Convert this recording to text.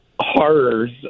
horrors